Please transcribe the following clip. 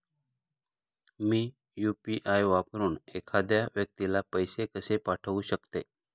मी UPI वापरून एखाद्या व्यक्तीला पैसे कसे पाठवू शकते?